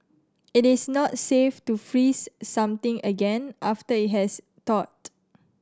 it is not safe to freeze something again after it has thawed